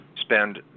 spend